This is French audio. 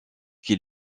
qui